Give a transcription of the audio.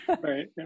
right